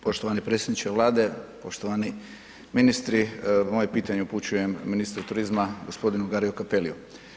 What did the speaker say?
Poštovani predsjedniče Vlade, poštovani ministri moje pitanje upućujem ministru turizma gospodinu Gariu Cappeliu.